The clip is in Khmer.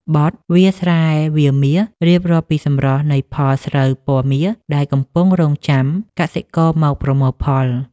បទ «វាលស្រែវាលមាស» រៀបរាប់ពីសម្រស់នៃផលស្រូវពណ៌មាសដែលកំពុងរង់ចាំកសិករមកប្រមូលផល។